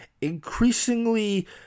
increasingly